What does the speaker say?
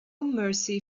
mercy